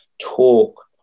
talk